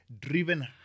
driven